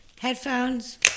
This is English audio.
headphones